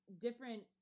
different